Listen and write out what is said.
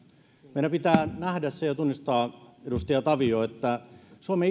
meidän pitää nähdä ja tunnustaa edustaja tavio että suomen